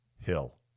Hill